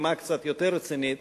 בנימה קצת יותר רצינית,